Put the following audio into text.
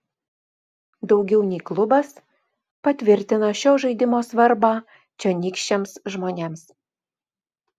daugiau nei klubas patvirtina šio žaidimo svarbą čionykščiams žmonėms